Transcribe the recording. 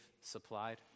supplied